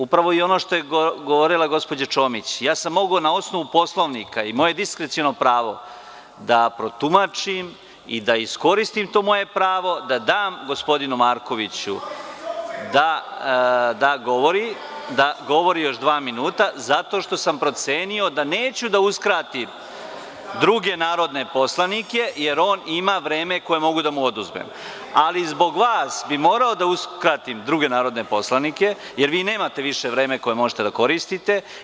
Upravo ono što je govorila i gospođa Čomić, ja sam mogao na osnovu Poslovnika i moje je diskreciono pravo da protumačim i da iskoristim to moje pravo da dam gospodinu Markoviću da govori još dva minuta zato što sam procenio da neću da uskratim druge narodne poslanike, jer on ima vreme koje mogu da mu oduzmem, ali zbog vas bih morao da uskratim druge narodne poslanike, jer vi nemate više vreme koje možete da koristite.